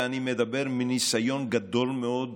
ואני מדבר מניסיון גדול מאוד בניהול.